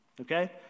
okay